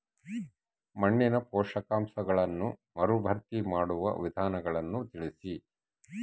ಮಣ್ಣಿನ ಪೋಷಕಾಂಶಗಳನ್ನು ಮರುಭರ್ತಿ ಮಾಡುವ ವಿಧಾನಗಳನ್ನು ತಿಳಿಸಿ?